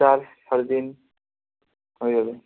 চার সাড়ে তিন হয়ে যাবে